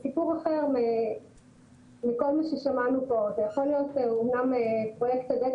סיפור אחר מכל מה ששמענו פה ויכול להיות שאמנם פרויקט הדגל